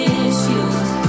issues